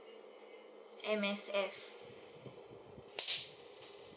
M_S_F